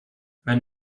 wenn